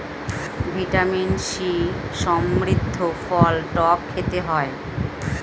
vitamin C সমৃদ্ধ ফল টক খেতে হয়